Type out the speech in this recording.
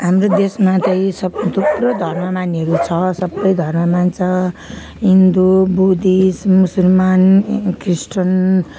हाम्रो देशमा चाहिँ सब थुप्रो धर्म मान्नेहरू छ सबै धर्म मान्छ हिन्दू बुद्धिस्ट मुसलमान ख्रिस्टान